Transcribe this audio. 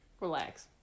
Relax